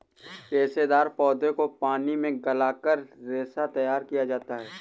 रेशेदार पौधों को पानी में गलाकर रेशा तैयार किया जाता है